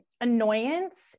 annoyance